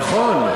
נכון.